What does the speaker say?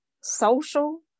social